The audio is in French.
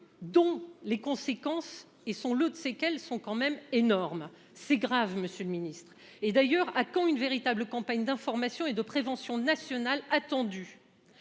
Dont les conséquences et son lot de séquelles sont quand même énorme. C'est grave, Monsieur le Ministre. Et d'ailleurs, à quand une véritable campagne d'information et de prévention nationale attendue.